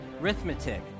Arithmetic